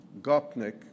Gopnik